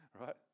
Right